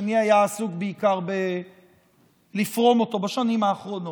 השני היה עסוק בעיקר בלפרום אותו בשנים האחרונות.